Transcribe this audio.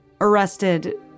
Arrested